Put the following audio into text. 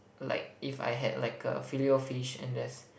like if I had like a filet-O-fish and just